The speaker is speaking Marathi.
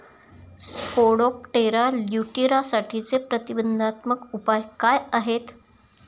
स्पोडोप्टेरा लिट्युरासाठीचे प्रतिबंधात्मक उपाय काय आहेत?